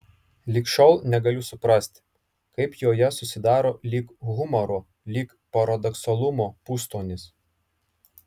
lig šiol negaliu suprasti kaip joje susidaro lyg humoro lyg paradoksalumo pustonis